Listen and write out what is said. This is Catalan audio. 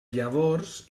llavors